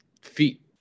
feet